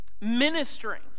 Ministering